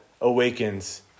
awakens